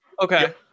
Okay